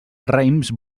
raïms